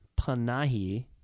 Panahi